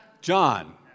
John